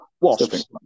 Wasps